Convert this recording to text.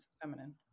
feminine